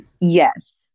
Yes